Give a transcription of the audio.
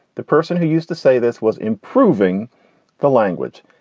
the person who used to say this was improving the language.